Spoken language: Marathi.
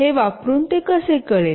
हे वापरून हे कसे कळेल